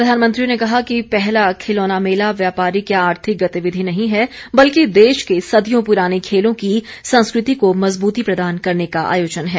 प्रधानमंत्री ने कहा कि पहला खिलौना मेला व्यापारिक या आर्थिक गतिविधि नहीं है बल्कि देश के सदियों पुराने खेलों की संस्कृति को मजबूती प्रदान करने का आयोजन है